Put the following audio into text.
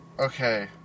Okay